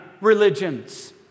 religions